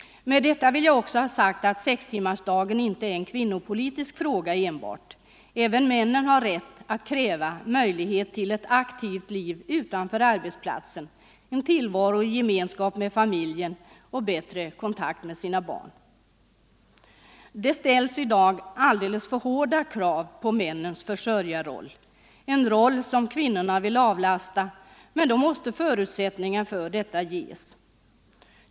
Med detta vill jag också ha sagt att sextimmarsdagen inte enbart är en kvinnopolitisk fråga. Även männen har rätt att kräva möjlighet till ett aktivt liv utanför arbetsplatsen, en tillvaro i gemenskap med familjen och bättre kontakt med sina barn. Det ställs i dag alldeles för hårda krav på männens försörjarroll, en roll som kvinnorna vill avlasta; men då måste förutsättningar för detta ges.